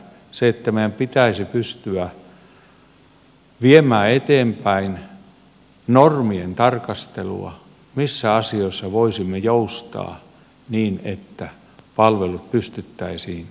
meidän pitäisi pystyä viemään eteenpäin normien tarkastelua missä asioissa voisimme joustaa niin että palvelut pystyttäisiin järjestämään tehokkaammin